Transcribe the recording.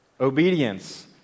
Obedience